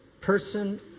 person